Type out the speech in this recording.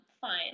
fine